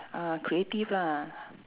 ah creative lah